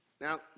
Now